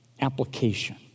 application